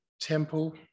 temple